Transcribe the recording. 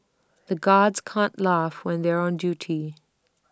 the guards can't laugh when they are on duty